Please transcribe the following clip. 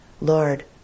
Lord